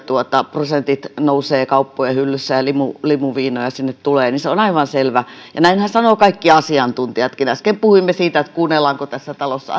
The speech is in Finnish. prosentit nousevat kauppojen hyllyssä ja limuviinoja sinne tulee niin se on aivan selvä ja näinhän sanovat kaikki asiantuntijatkin äsken puhuimme siitä kuunnellaanko tässä talossa